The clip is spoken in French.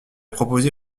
proposé